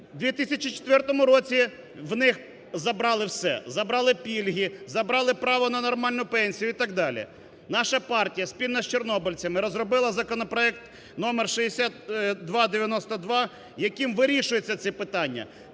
В 2004 році в них забрали все: забрали пільги, забрали право на нормальну пенсію і так далі. Наша партія спільно з чорнобильцями розробила законопроект номер 6292, яким вирішуються ці питання: